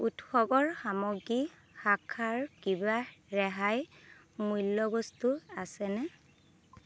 উৎসৱৰ সামগ্ৰী শাখাৰ কিবা ৰেহাই মূল্যৰ বস্তু আছেনে